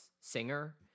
singer